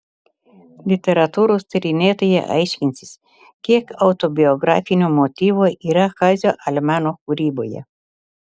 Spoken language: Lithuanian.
literatūros tyrinėtojai aiškinsis kiek autobiografinių motyvų yra kazio almeno kūryboje